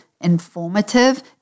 informative